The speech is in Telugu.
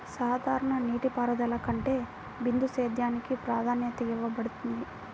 సాధారణ నీటిపారుదల కంటే బిందు సేద్యానికి ప్రాధాన్యత ఇవ్వబడుతుంది